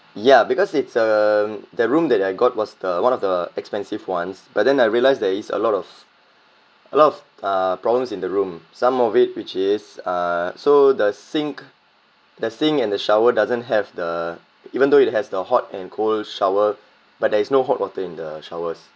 ya because it's uh the room that I got was the one of the expensive ones but then I realise there is a lot of a lot of uh problems in the room some of it which is uh so the sink the sink and the shower doesn't have the even though it has the hot and cold shower but there is no hot water in the showers